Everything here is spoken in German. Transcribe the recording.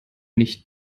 nicht